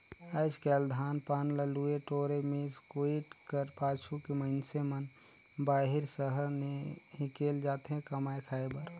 आएज काएल धान पान ल लुए टोरे, मिस कुइट कर पाछू के मइनसे मन बाहिर सहर हिकेल जाथे कमाए खाए बर